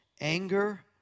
anger